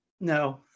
no